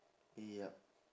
yup